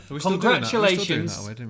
congratulations